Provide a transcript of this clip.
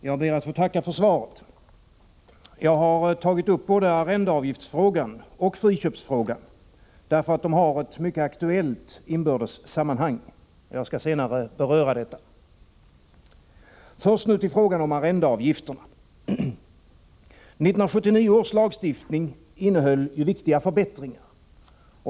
Herr talman! Jag ber att få tacka för svaret. Jag har tagit upp både arrendeavgiftsfrågan och friköpsfrågan därför att de har ett mycket aktuellt inbördes sammanhang. Jag skall senare beröra detta. Först nu till frågan om arrendeavgifterna. 1979 års lagstiftning innehöll ju viktiga förbättringar.